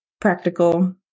practical